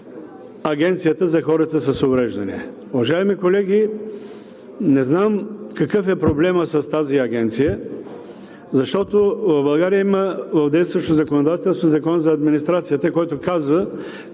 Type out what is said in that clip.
Агенцията за хората с увреждания.